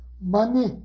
Money